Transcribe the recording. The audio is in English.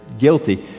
guilty